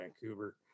Vancouver